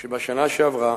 שבשנה שעברה,